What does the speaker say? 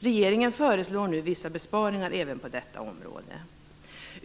Regeringen föreslår nu vissa besparingar även på detta område.